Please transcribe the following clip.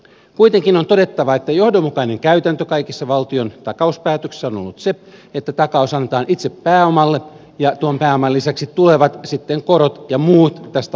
kuitenkin on todettava että johdonmukainen käytäntö kaikissa valtion takauspäätöksissä on ollut se että takaus annetaan itse pääomalle ja tuon pääoman lisäksi tulevat sitten korot ja muut tästä aiheutuvat kustannukset